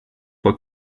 for